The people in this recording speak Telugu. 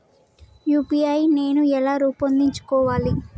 యూ.పీ.ఐ నేను ఎలా రూపొందించుకోవాలి?